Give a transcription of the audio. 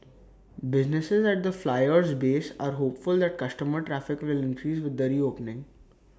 businesses at the Flyer's base are hopeful that customer traffic will increase with the reopening